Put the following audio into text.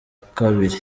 kabiri